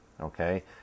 Okay